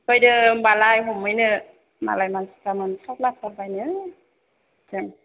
फैदो होनबालाय हमहैनो मालाय मानसिफ्रा मोनसावलाथारबायनो जों